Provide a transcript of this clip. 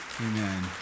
Amen